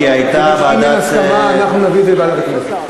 אם אין הסכמה, אנחנו נביא את זה לוועדת הכנסת.